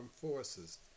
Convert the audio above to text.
forces